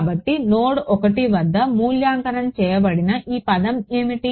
కాబట్టి నోడ్ 1 వద్ద మూల్యాంకనం చేయబడిన ఈ పదం ఏమిటి